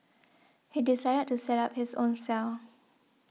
he decided to set up his own cell